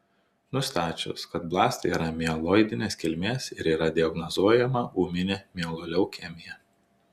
nustačius kad blastai yra mieloidinės kilmės ir yra diagnozuojama ūminė mieloleukemija